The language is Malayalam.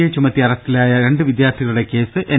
എ ചുമത്തി അറസ്റ്റിലായ രണ്ട് വിദ്യാർഥികളുടെ കേസ് എൻ